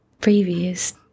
previous